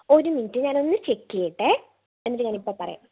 ഒരു മിനുറ്റ് ഞാൻ ഒന്ന് ചെക്ക് ചെയ്യട്ടെ എന്നിട്ട് ഞാൻ ഇപ്പോൾ പറയാം